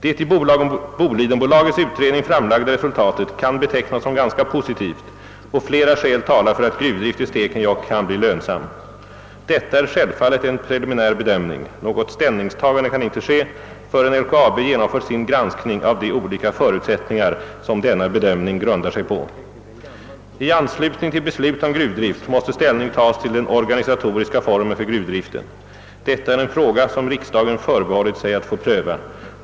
Det i Bolidenbolagets utredning framlagda resultatet kan betecknas som ganska positivt, och flera skäl talar för att gruvdrift i Stekenjokk kan bli lönsam. Detta är självfallet en preliminär bedömning. Något ställningstagande kan inte ske förrän LKAB genomfört sin granskning av de olika förutsättningar som denna bedömning grundar sig på. I anslutning till beslutet om gruvdrift måste ställnig tas till den organisatoriska formen för gruvdriften. Detta är en fråga, som riksdagen förbehållit sig att få pröva.